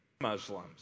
Muslims